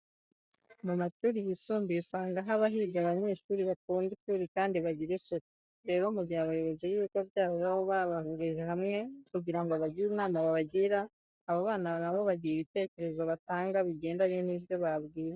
Mu mashuri yisumbuye usanga haba higa abanyeshuri bakunda ishuri kandi bagira isuku. Rero mu gihe abayobozi b'ibigo byabo baba babahurije hamwe kugira ngo bagire inama babagira, aba bana ba bo bagira ibitekerezo batanga bigendanye n'ibyo babwiwe.